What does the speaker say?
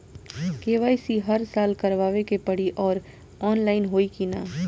KYC हर साल करवावे के पड़ी और ऑनलाइन होई की ना?